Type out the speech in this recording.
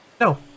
No